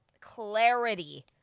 clarity